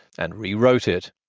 and rewrote it.